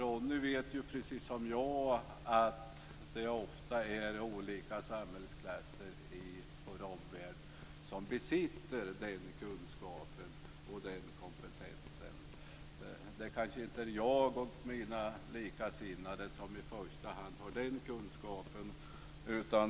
Ronny vet precis som jag att det ofta är olika samhällsklasser i vår omvärld som besitter den kunskapen och den kompetensen. Det är kanske inte i första hand är jag och mina likasinnade som har den kunskapen.